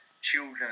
children